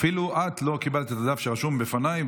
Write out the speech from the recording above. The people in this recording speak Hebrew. אפילו את לא קיבלת את הדף שרשום בפניי,